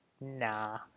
nah